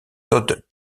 todd